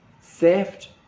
theft